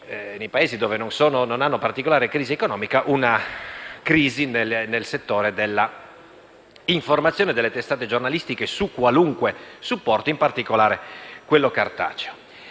nei Paesi dove non c'è particolare crisi economica, una crisi nel settore della informazione delle testate giornalistiche su qualunque supporto e, in particolare, su quello cartaceo.